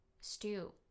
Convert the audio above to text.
Stew